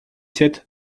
sept